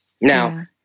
Now